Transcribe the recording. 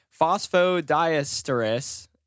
phosphodiesterase